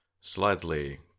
slightly